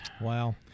Wow